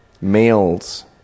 Males